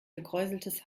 gekräuseltes